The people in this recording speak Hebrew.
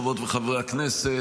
חברות וחברי הכנסת,